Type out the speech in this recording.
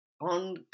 on